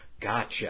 Gotcha